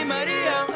Maria